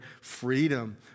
freedom